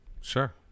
sure